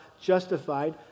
justified